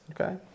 Okay